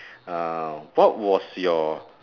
uh what was your